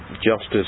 justice